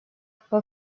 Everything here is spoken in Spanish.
fue